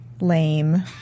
lame